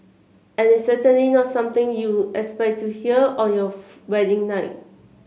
and it's certainly not something you expect to hear on your wedding night